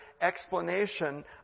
explanation